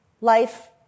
life